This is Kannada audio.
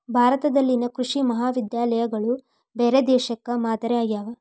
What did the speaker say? ಭಾರತದಲ್ಲಿನ ಕೃಷಿ ಮಹಾವಿದ್ಯಾಲಯಗಳು ಬೇರೆ ದೇಶಕ್ಕೆ ಮಾದರಿ ಆಗ್ಯಾವ